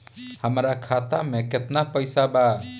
हमरा खाता मे केतना पैसा बा?